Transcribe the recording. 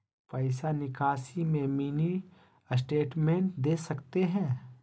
पैसा निकासी में मिनी स्टेटमेंट दे सकते हैं?